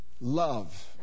love